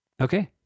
okay